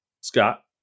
Scott